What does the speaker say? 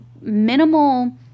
minimal